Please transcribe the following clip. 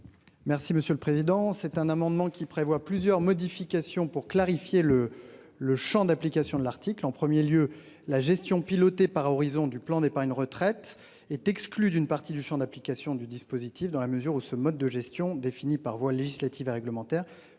Merci Monsieur le Président c'est un amendement qui prévoit plusieurs modifications pour clarifier le le Champ d'application de l'article en 1er lieu la gestion pilotée par horizon du plan d'épargne retraite est exclu d'une partie du Champ d'application du dispositif dans la mesure où ce mode de gestion définis par voie législative et réglementaire